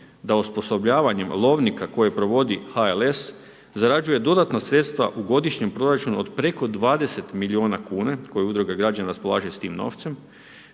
da osposobljavanjem lovnika koje provod HLS zarađuje dodatna sredstva u godišnjem proračunu od preko 20 miliona kuna koje udruga građana raspolaže s tim novcem,